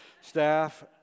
Staff